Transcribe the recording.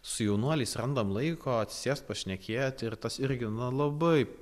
su jaunuoliais randam laiko atsisėst pašnekėt ir tas irgi nu labai